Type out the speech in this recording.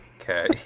Okay